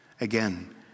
Again